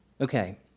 Okay